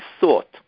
thought